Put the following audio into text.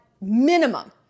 minimum